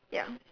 ya